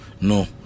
No